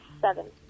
seven